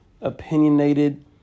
opinionated